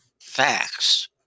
facts